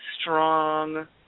strong